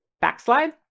backslide